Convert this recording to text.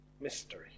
mystery